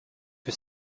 que